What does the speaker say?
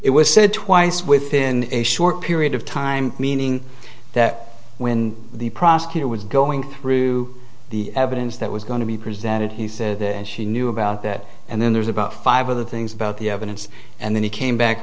it was said twice within a short period of time meaning that when the prosecutor was going through the evidence that was going to be presented he said and she knew about that and then there's about five other things about the evidence and then he came back